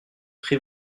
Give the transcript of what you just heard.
pris